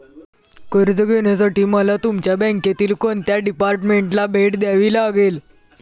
कर्ज घेण्यासाठी मला तुमच्या बँकेतील कोणत्या डिपार्टमेंटला भेट द्यावी लागेल?